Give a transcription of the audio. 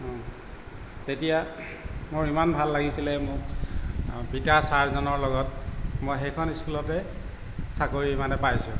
তেতিয়া মোৰ ইমান ভাল লাগিছিলে মোক পিটা ছাৰজনৰ লগত মই সেইখন স্কুলতে চাকৰি মানে পাইছোঁ